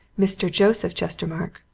mr. joseph chestermarke,